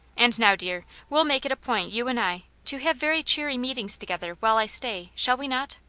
and now, dear, we'll make it a point, you and i, to have very cheery meetings together, while i stay, shall we not